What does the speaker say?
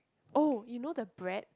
oh you know the bread